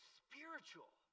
spiritual